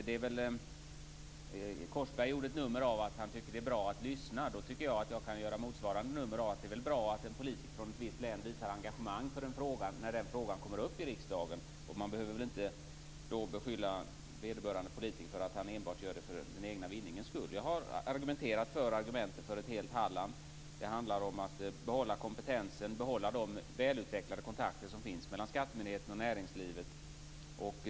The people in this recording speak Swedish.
Korsberg gjorde ett nummer av att han tycker att det är bra att lyssna. Då kan jag göra motsvarande nummer: Det är väl bra att en politiker från ett visst län visar engagemang för en fråga när den frågan kommer upp i riksdagen. Man behöver väl då inte beskylla vederbörande politiker för att enbart göra det för den egna vinningens skull. Jag har lagt fram argumenten för ett helt Halland. Det handlar om att behålla kompetensen och att behålla de välutvecklade kontakter som finns mellan skattemyndigheten och näringslivet.